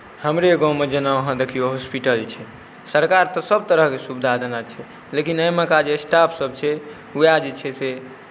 हमरे गाँवमे जेना अहाँ देखियौ हॉस्पिटल छै सरकार तऽ सभ तरहक सुविधा देने छै लेकिन ओहिमेका जे स्टाफसभ छै उएह जे छै से